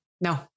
No